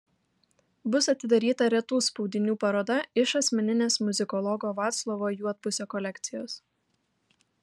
bus atidaryta retų spaudinių paroda iš asmeninės muzikologo vaclovo juodpusio kolekcijos